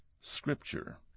scripture